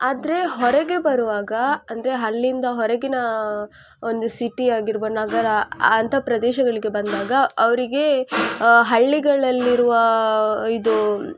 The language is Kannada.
ಆದರೆ ಹೊರಗೆ ಬರುವಾಗ ಅಂದರೆ ಹಳ್ಳಿಂದ ಹೊರಗಿನ ಒಂದು ಸಿಟಿ ಆಗಿರಬೋದು ನಗರ ಅಂತ ಪ್ರದೇಶಗಳಿಗೆ ಬಂದಾಗ ಅವರಿಗೆ ಹಳ್ಳಿಗಳಲ್ಲಿರುವ ಇದು